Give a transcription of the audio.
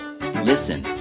listen